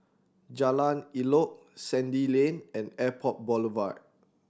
Jalan Elok Sandy Lane and Airport Boulevard